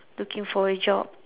looking for a job